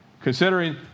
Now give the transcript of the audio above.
Considering